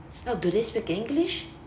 oh do they speak english